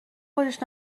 خوشش